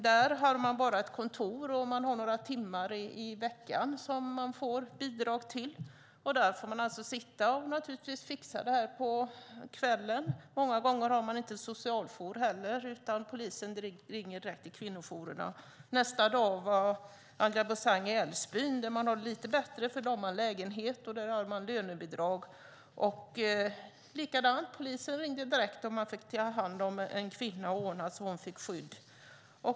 Där har man ett kontor och får bara bidrag till ett par timmar i veckan. Man måste alltså fixa detta på kvällstid. Många gånger har man ingen socialjour heller utan polisen ringer direkt till kvinnojourerna. Nästa dag var Angela Beausang i Älvsbyn. Där är det lite bättre. Där har man en lägenhet, och där har man lönebidrag. Polisen ringde även där direkt och man fick ta hand om en kvinna och ordna så att hon fick skydd.